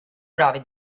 bravi